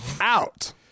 out